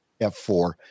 f4